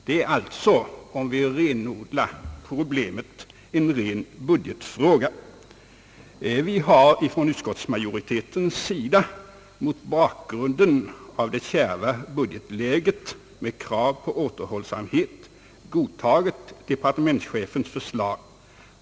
Detta är alltså, om vi renodlar problemet, enbart en budgetfråga. Mot bakgrunden av det kärva budgetläget med krav på återhållsamhet har utskottsmajoriteten godtagit departementschefens förslag.